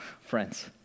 friends